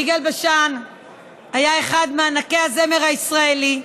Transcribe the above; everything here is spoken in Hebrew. יגאל בשן היה אחד מענקי הזמר הישראלי,